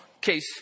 case